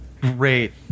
great